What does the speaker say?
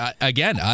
again